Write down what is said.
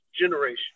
generation